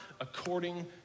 according